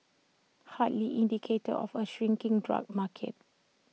hardly indicators of A shrinking drug market